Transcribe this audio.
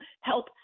help